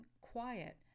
quiet